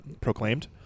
proclaimed